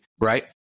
Right